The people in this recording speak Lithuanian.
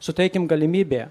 suteikim galimybę